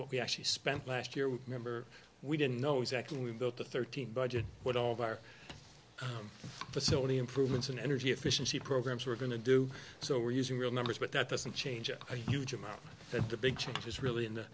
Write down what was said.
what we actually spent last year number we didn't know exactly when we built the thirteen budget what all of our facility improvements in energy efficiency programs were going to do so we're using real numbers but that doesn't change a huge amount that the big changes really in the